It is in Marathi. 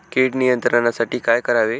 कीड नियंत्रणासाठी काय करावे?